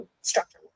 structure